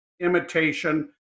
imitation